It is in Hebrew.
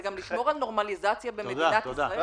זה גם לשמור על נורמליזציה במדינת ישראל.